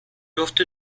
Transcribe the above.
durfte